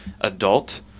adult